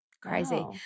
Crazy